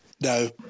No